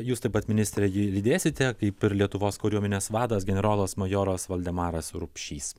jūs taip pat ministrė jį lydėsite kaip ir lietuvos kariuomenės vadas generolas majoras valdemaras rupšys